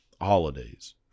holidays